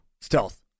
Stealth